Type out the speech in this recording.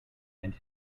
and